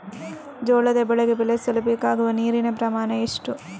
ಜೋಳದ ಬೆಳೆ ಬೆಳೆಸಲು ಬೇಕಾಗುವ ನೀರಿನ ಪ್ರಮಾಣ ಎಷ್ಟು?